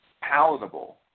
palatable